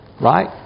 right